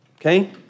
Okay